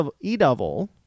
E-Double